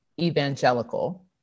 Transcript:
evangelical